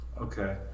Okay